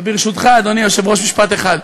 וברשותך, אדוני היושב-ראש, משפט אחד.